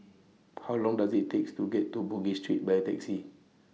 How Long Does IT takes to get to Bugis Street By Taxi